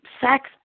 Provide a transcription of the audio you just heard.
sex